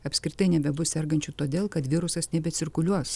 apskritai nebebus sergančių todėl kad virusas nebecirkuliuos